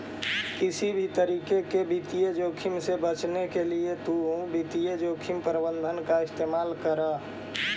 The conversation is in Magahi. किसी भी तरीके के वित्तीय जोखिम से बचने के लिए तु वित्तीय जोखिम प्रबंधन का इस्तेमाल करअ